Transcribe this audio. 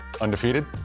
Undefeated